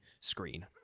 screen